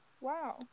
Wow